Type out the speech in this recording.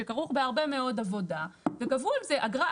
שכרוך בהרבה מאוד עבודה וגבו על זה אגרה.